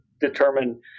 determine